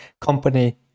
company